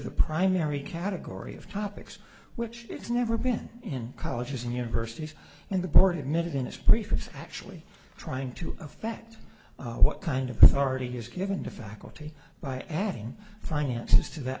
the primary category of topics which it's never been in colleges and universities and the board admitted in its briefs actually trying to effect what kind of authority is given to faculty by adding finances to th